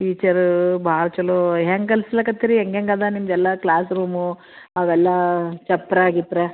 teacher ಭಾಳ ಚಲೋ ಹೆಂಗೆ ಕಳಿಸ್ಲಾಕತ್ತೀರಿ ಹೆಂಗೆ ಹೆಂಗೆ ಅದು ನಿಮ್ಮದೆಲ್ಲ ಕ್ಲಾಸ್ ರೂಮು ಅವೆಲ್ಲ ಚಪ್ಪರ ಗಿಪ್ರಾ